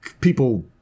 people –